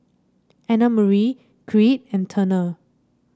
Annamarie Creed and Turner